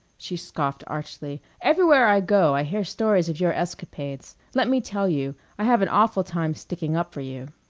she scoffed archly. everywhere i go i hear stories of your escapades. let me tell you, i have an awful time sticking up for you.